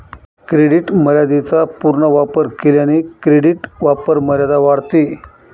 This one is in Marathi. क्रेडिट मर्यादेचा पूर्ण वापर केल्याने क्रेडिट वापरमर्यादा वाढते